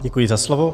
Děkuji za slovo.